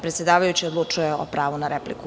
Predsedavajući odlučuje o pravu na repliku.